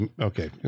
okay